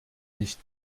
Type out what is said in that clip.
nicht